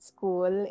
School